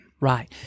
Right